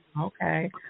Okay